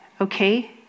okay